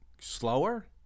slower